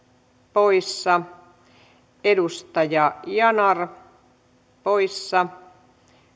poissa edustaja yanar poissa